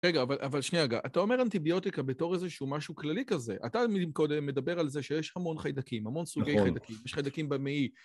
רגע, אבל שנייה רגע, אתה אומר אנטיביוטיקה בתור איזה שהוא משהו כללי כזה, אתה קודם מדבר על זה שיש המון חיידקים, המון סוגי חיידקים, יש חיידקים במעי.